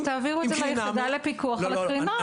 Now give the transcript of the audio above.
אז תעבירו את זה ליחידה לפיקוח על הקרינה.